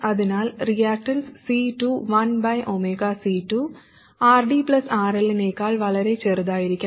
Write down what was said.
അതിനാൽ reactance C2 1ωC2 RD RL നേക്കാൾ വളരെ ചെറുതായിരിക്കണം